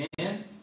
Amen